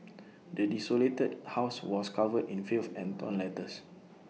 the desolated house was covered in filth and torn letters